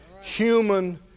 human